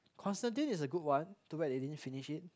constantine is a good one too bad you didn't finish it